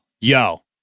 yo